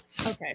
Okay